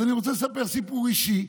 אז אני רוצה לספר סיפור אישי.